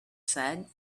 said